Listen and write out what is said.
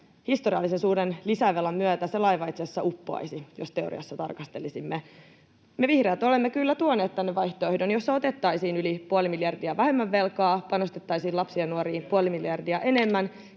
historiallisen suuren lisävelan myötä se laiva itse asiassa uppoaisi, jos teoriassa tarkastelisimme. Me vihreät olemme kyllä tuoneet tänne vaihtoehdon, jossa otettaisiin yli puoli miljardia vähemmän velkaa, panostettaisiin [Juho Eerolan välihuuto] lapsiin ja nuoriin puoli miljardia enemmän,